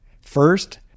First